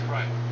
Right